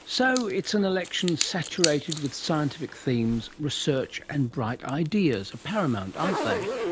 so it's an election saturated with scientific themes. research and bright ideas are paramount, aren't they?